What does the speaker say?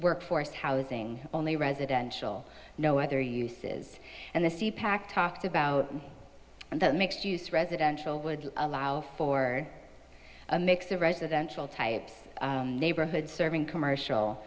workforce housing only residential no other uses and the sea pack talked about and that makes use residential would allow for a mix of residential types neighborhood serving commercial